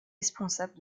responsable